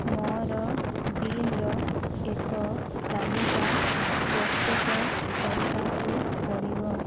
ମୋର ବିଲ୍ ର ଏକ ତାଲିକା ପ୍ରସ୍ତୁତ କରିବାକୁ ପଡ଼ିବ